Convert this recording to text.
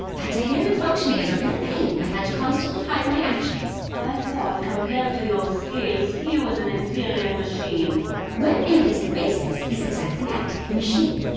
that dynamic functioning is a real pain, i had to constantly hide my actions i thought compared to your skills, he was an inferior machine when andi's in basics, he's exactly that, a machine.